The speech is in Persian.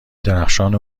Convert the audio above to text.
درخشان